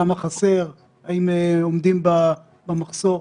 כמה חסר, האם עומדים במחסור?